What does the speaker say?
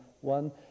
one